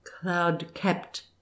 cloud-capped